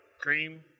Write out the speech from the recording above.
cream